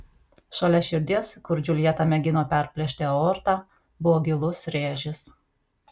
šalia širdies kur džiuljeta mėgino perplėšti aortą buvo gilus rėžis